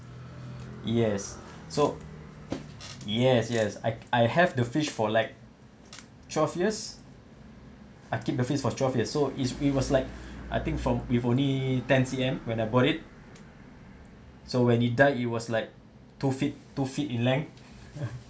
yes so yes yes I I have the fish for like twelve years I keep the fish for twelve years so is it was like I think from it only ten C_M when I bought it so when he died it was like two feet two feet in length